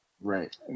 Right